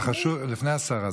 לפני השרה,